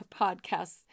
podcasts